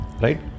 right